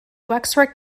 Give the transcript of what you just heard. wexford